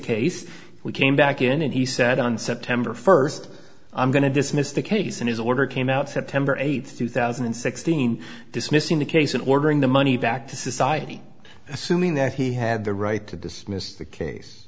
case we came back in and he said on september first i'm going to dismiss the case and his order came out september eighth two thousand and sixteen dismissing the case and ordering the money back to society assuming that he had the right to dismiss the case